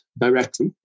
directly